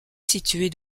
située